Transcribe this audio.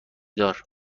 دار